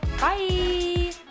Bye